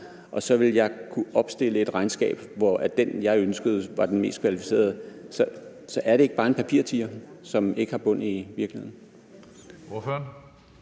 og så ville jeg kunne opstille et regnskab, hvor den, jeg ønskede, var den mest kvalificerede. Så er det ikke bare en papirtiger, som ikke har bund i virkeligheden?